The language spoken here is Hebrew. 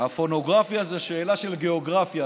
הפורנוגרפיה זה שאלה של גיאוגרפיה.